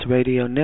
Radio